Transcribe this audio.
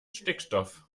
stickstoff